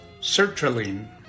sertraline